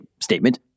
Statement